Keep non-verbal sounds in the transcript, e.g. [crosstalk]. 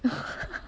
[laughs]